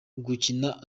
gukina